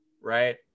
right